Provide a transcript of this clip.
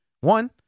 One